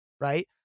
Right